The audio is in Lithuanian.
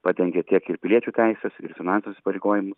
padengia tiek ir piliečių teises ir finansinius įpareigojimus